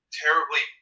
terribly